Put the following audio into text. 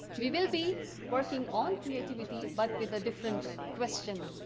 we will be working on creativity, but with a different question.